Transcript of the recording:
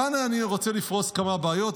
כאן אני רוצה לפרוס כמה בעיות,